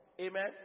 Amen